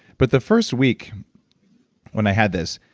but the first week when i had this,